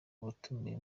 yatumiwe